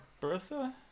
Bertha